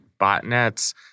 botnets